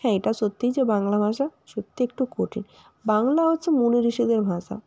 হ্যাঁ এটা সত্যি যে বাংলা ভাষা সত্যি একটু কঠিন বাংলা হচ্ছে মুনি ঋষিদের ভাষা